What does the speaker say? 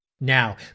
Now